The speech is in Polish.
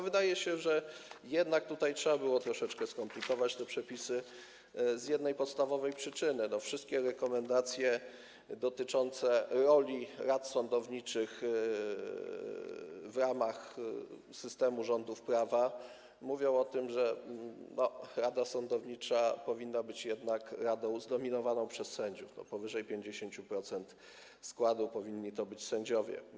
Wydaje się, że jednak tutaj trzeba było troszeczkę skomplikować te przepisy z jednej podstawowej przyczyny, że wszystkie rekomendacje dotyczące roli rad sądowniczych w ramach systemu rządów prawa mówią o tym, że rada sądownicza powinna być jednak radą zdominowaną przez sędziów, powyżej 50% jej składu powinni stanowić sędziowie.